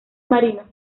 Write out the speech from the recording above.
marino